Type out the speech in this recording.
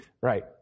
right